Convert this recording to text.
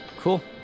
Cool